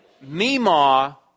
Mima